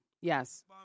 Yes